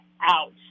out